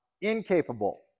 Incapable